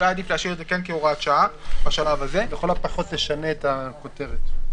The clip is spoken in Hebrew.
לכל הפחות תשנה את הכותרת.